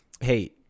Hey